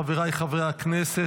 חבריי חברי הכנסת,